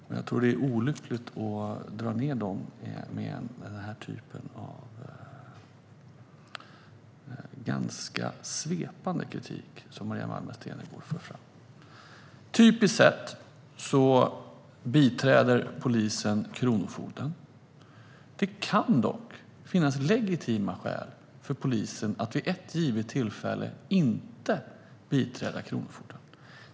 Det vore olyckligt att dra ned dem med sådan ganska svepande kritik som Maria Malmer Stenergard för fram. Typiskt sett biträder polisen kronofogden. Det kan dock finnas legitima skäl för polisen att vid ett givet tillfälle inte biträda kronofogden.